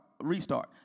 restart